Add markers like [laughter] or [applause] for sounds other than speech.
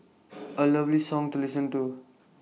[noise] A lovely song to listen to